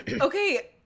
Okay